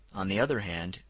on the other hand,